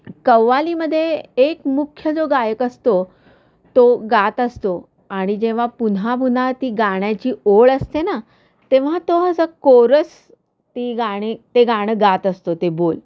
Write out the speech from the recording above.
कव्वालीमध्ये एक मुख्य जो गायक असतो तो गात असतो आणि जेव्हा पुन्हा पुन्हा ती गाण्याची ओळ असते ना तेव्हा तो असा कोरस ती गाणी ते गाणं गात असतो ते बोल